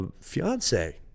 Fiance